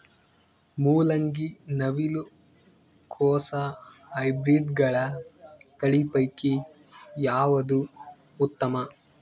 ಮೊಲಂಗಿ, ನವಿಲು ಕೊಸ ಹೈಬ್ರಿಡ್ಗಳ ತಳಿ ಪೈಕಿ ಯಾವದು ಉತ್ತಮ?